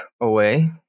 away